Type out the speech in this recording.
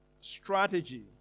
strategy